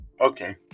Okay